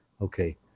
okay